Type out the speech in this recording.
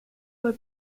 were